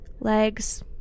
legs